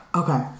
okay